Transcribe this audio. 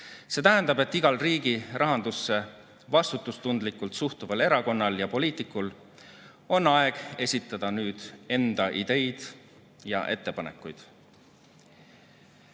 See tähendab, et igal riigi rahandusse vastutustundlikult suhtuval erakonnal ja poliitikul on aeg esitada nüüd enda ideid ja ettepanekuid.